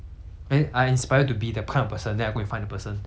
but the person is not is not twenty four seven available [what]